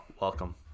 Welcome